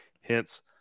Hence